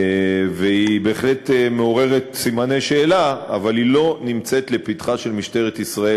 והיא בהחלט מעוררת סימני שאלה אבל היא לא מונחת לפתחה של משטרת ישראל,